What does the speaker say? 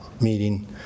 meeting